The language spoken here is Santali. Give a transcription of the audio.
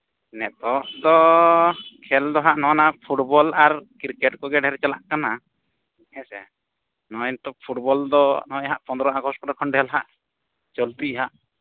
ᱱᱤᱛᱳᱜ ᱫᱚ ᱠᱷᱮᱹᱞ ᱫᱚ ᱦᱟᱸᱜ ᱱᱚᱜᱼᱚ ᱱᱚᱣᱟ ᱯᱷᱩᱴᱵᱚᱞ ᱟᱨ ᱠᱨᱤᱠᱮᱹᱴ ᱠᱚᱜᱮ ᱰᱷᱮᱨ ᱪᱟᱞᱟᱜ ᱠᱟᱱᱟ ᱦᱮᱸᱥᱮ ᱱᱚᱜᱼᱚᱭ ᱱᱤᱛᱳᱜ ᱯᱷᱩᱴᱵᱚᱞ ᱫᱚ ᱱᱚᱜᱼᱚᱭ ᱦᱟᱸᱜ ᱯᱚᱸᱫᱽᱨᱚᱭ ᱟᱜᱚᱥᱴ ᱠᱚᱨᱮ ᱠᱷᱚᱱ ᱰᱷᱮᱨ ᱦᱟᱸᱜ ᱪᱚᱞᱛᱤᱜᱼᱟ ᱦᱟᱸᱜ